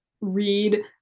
read